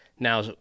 Now